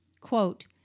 Quote